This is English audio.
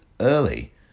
Early